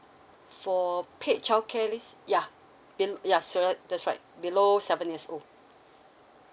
for paid child care leave ya below ya that's right below seven years old